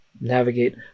navigate